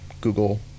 Google